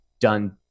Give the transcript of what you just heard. done